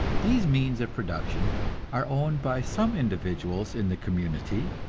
these means of production are owned by some individuals in the community,